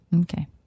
Okay